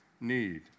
need